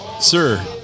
sir